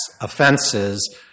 offenses